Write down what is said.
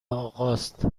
آقاست